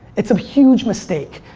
it's a huge mistake.